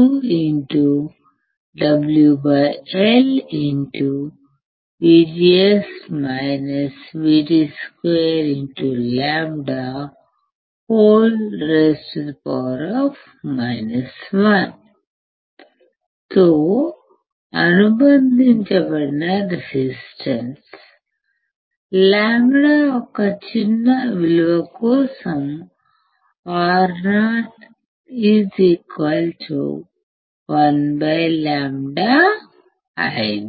∂ID∂VDS 1 kn2WL2λ 1 తో అనుబంధించబడిన రెసిస్టన్స్ λ యొక్క చిన్న విలువ కోసం ro 1λID VDS అక్షం మీద ID మరియు VDS ప్లాట్లో ఖండన పాయింట్ను ప్లాట్ చేయండి ట్రయోడ్ మరియు సంతృప్త ప్రాంతాన్ని గుర్తించండి వాలు యొక్క సమీకరణాన్ని కూడా వ్రాయండి